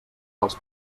dels